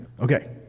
Okay